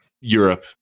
Europe